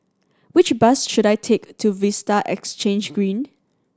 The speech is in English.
which bus should I take to Vista Exhange Green